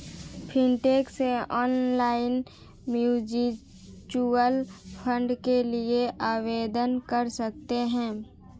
fintech से online mutual fund के लिए आवेदन कर सकते हैं